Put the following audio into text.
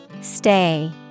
Stay